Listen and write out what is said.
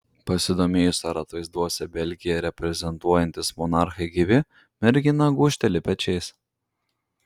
pasidomėjus ar atvaizduose belgiją reprezentuojantys monarchai gyvi mergina gūžteli pečiais